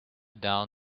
down